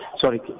Sorry